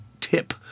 tip